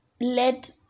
let